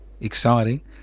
exciting